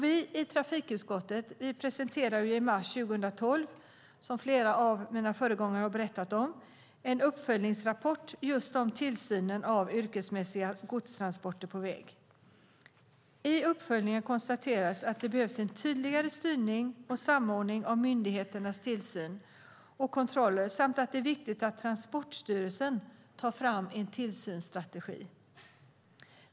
Vi i trafikutskottet presenterade i mars 2012, vilket flera redan nämnt, en uppföljningsrapport om tillsynen av yrkesmässiga godstransporter på väg. I uppföljningen konstateras att det behövs en tydligare styrning och samordning av myndigheternas tillsyn och kontroller samt att det är viktigt att Transportstyrelsen tar fram en tillsynsstrategi.